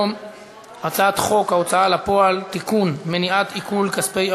הצעת חוק להבטחת דיור חלופי לתושבי